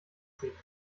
siegt